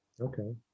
Okay